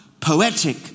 poetic